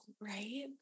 right